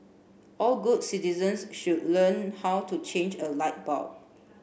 all good citizens should learn how to change a light bulb